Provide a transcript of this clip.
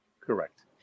Correct